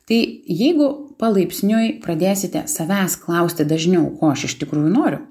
tai jeigu palaipsniui pradėsite savęs klausti dažniau ko aš iš tikrųjų noriu